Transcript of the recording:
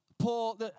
Paul